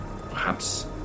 Perhaps